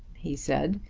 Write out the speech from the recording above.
he said,